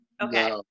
okay